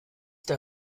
der